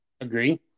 Agree